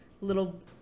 little